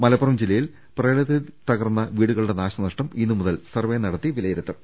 മലപ്പുറം ജില്ലയിൽ പ്രളയത്തിൽ തകർന്ന വീട്ടുകളുടെ നാശനഷ്ടം ഇന്നു മുതൽ സർവ്വേ നടത്തി വിലയിരുത്തു